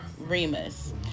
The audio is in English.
Remus